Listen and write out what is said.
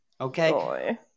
okay